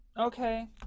Okay